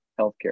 healthcare